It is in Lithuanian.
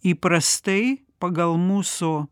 įprastai pagal mūsų